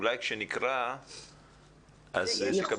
אולי כשנקרא אז נקבל תשובה.